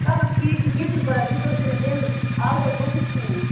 چلو ٹھیٖک چھُ کیٚنٛہہ چھُنہٕ پرواے تُہۍ کٔرۍزیٚو مےٚ تَمہِ اَکھ دۄہ بٛرونٹھٕے فون